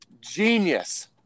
Genius